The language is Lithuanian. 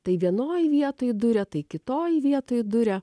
tai vienoj vietoj duria tai kitoj vietoj duria